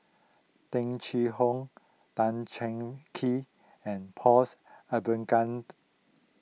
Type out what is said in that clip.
Tung Chye Hong Tan Cheng Kee and Pauls